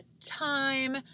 time